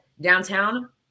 downtown